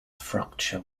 fracture